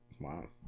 Wow